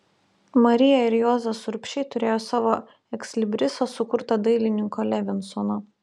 marija ir juozas urbšiai turėjo savo ekslibrisą sukurtą dailininko levinsono